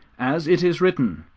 as it is written,